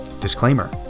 Disclaimer